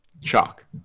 Shock